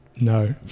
No